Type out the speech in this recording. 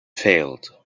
failed